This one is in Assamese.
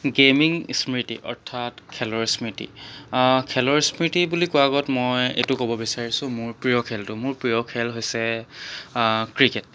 গে'মিং স্মৃতি অৰ্থাত খেলৰ স্মৃতি খেলৰ স্মৃতি বুলি কোৱা আগত মই এটো ক'ব বিচাৰিছোঁ মোৰ প্ৰিয় খেলটো মোৰ প্ৰিয় খেল হৈছে ক্ৰিকেট